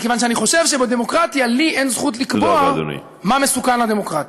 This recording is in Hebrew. מפני שאני חושב שבדמוקרטיה לי אין זכות לקבוע מה מסוכן לדמוקרטיה.